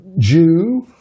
Jew